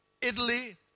Italy